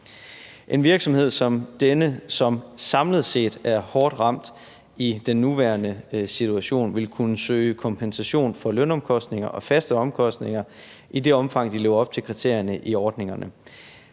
En virksomhed som denne, som samlet set er hårdt ramt i den nuværende situation, vil kunne søge kompensation for lønomkostninger og faste omkostninger i det omfang, de lever op til kriterierne i ordningerne.